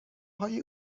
های